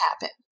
happen